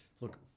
Look